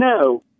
no